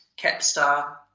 Capstar